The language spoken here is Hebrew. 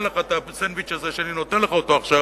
לך את הסנדוויץ' הזה שאני נותן לך אותו עכשיו,